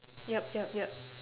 yup yup yup